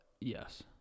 Yes